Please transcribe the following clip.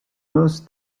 most